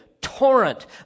torrent